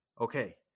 okay